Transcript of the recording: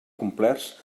complerts